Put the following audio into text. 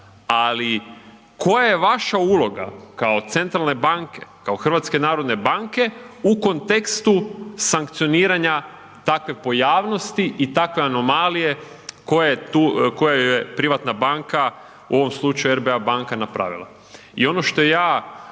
ali koja je vaša uloga kao centralne banke, kao HNB-a u kontekstu sankcioniranja takve pojavnosti i takve anomalije koja je tu, koja je privatna banka, u ovom slučaju RBA banka napravila i ono što ja